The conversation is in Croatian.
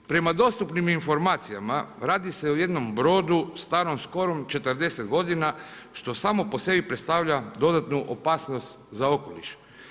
Prema dostupnim informacijama radi se o jednom brodu starom skoro 40 godina, što samo po sebi predstavlja dodatnu opasnost za okoliš.